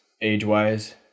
age-wise